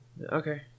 okay